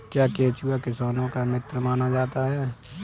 क्या केंचुआ किसानों का मित्र माना जाता है?